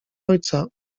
ojca